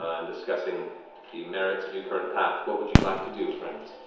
ah and discussing the merits of your current path, what would you like to do, friends?